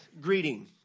greeting